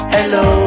Hello